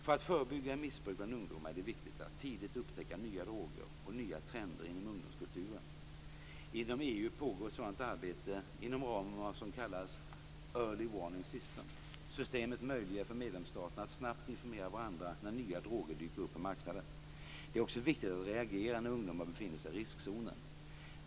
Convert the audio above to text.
För att förebygga missbruk bland ungdomar är det viktigt att tidigt upptäcka nya droger och nya trender inom ungdomskulturen. Inom EU pågår ett sådant arbete inom ramen för vad som kallas Early Warning System. Systemet möjliggör för medlemsstaterna att snabbt informera varandra när nya droger dyker upp på marknaden. Det är också viktigt att reagera när ungdomar befinner sig i riskzonen.